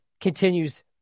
continues